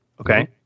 okay